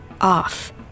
off